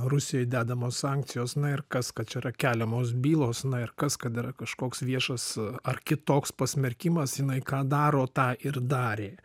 rusijai dedamos sankcijos na ir kas kad čia yra keliamos bylos na ir kas kad yra kažkoks viešas ar kitoks pasmerkimas jinai ką daro tą ir darė